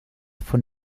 von